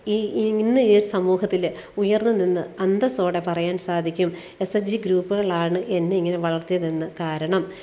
ഈ ഇന്ന് ഈ സമൂഹത്തിൽ ഉയർന്നുനിന്ന് അന്തസ്സോടെ പറയാൻ സാധിക്കും എസ് എസ് ജി ഗ്രൂപ്പുകളാണ് എന്നെ ഇങ്ങനെ വളർത്തിയതെന്ന് കാരണം